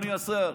אדוני השר.